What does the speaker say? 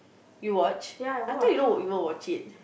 you watched I thought you don't even watch it